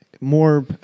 more